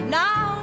now